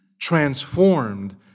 transformed